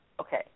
Okay